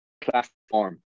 platform